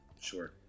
Sure